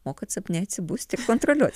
mokat sapne atsibusti ir kontroliuoti